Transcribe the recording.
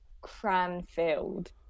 Cranfield